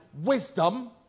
Wisdom